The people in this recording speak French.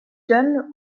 donne